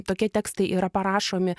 tokie tekstai yra parašomi